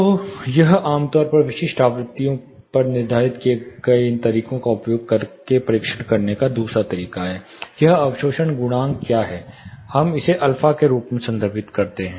तो यह आम तौर पर विशिष्ट आवृत्तियों पर निर्धारित किए गए इन तरीकों का उपयोग करके परीक्षण करने का एक दूसरा तरीका है एक अवशोषण गुणांक क्या है इसे हम α के रूप में संदर्भित कर रहे हैं